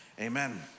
Amen